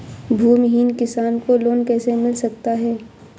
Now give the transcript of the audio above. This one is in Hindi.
भूमिहीन किसान को लोन कैसे मिल सकता है?